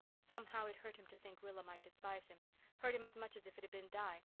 somehow, it hurt him to think rilla might despise him hurt him as much as if it had been di.